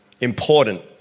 important